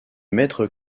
mètre